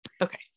Okay